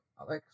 Alex